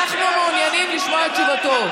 אנחנו מעוניינים לשמוע את תשובתו.